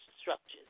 structures